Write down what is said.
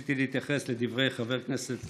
רציתי להתייחס לדברי חבר הכנסת קריב.